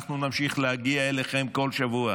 אנחנו נמשיך להגיע אליכם כל שבוע,